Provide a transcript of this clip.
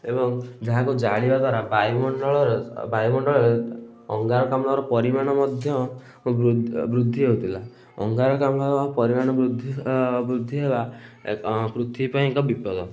ଏବଂ ଯାହାକୁ ଜାଳିବା ଦ୍ଵାରା ବାୟୁମଣ୍ଡଳର ବାୟୁମଣ୍ଡଳରେ ଅଙ୍ଗାରକାମ୍ଳର ପରିମାଣ ମଧ୍ୟ ବୃଦ୍ଧି ହୋଉଥିଲା ଅଙ୍ଗାରକାମ୍ଳର ପରିମାଣ ବୃଦ୍ଧି ବୃଦ୍ଧି ହେବା ପୃଥିବୀ ପାଇଁ ଏକ ବିପଦ